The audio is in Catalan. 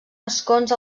escons